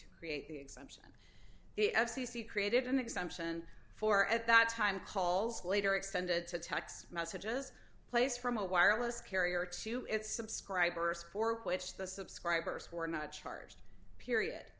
to create the exemption the f c c created an exemption for at that time calls later extended to text messages placed from a wireless carrier to its subscribers for which the subscribers were not charged period